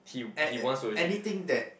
a~ a~ anything that